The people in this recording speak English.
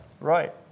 Right